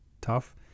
tough